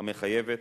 המחייבת,